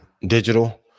digital